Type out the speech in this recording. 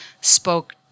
spoke